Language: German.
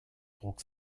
druck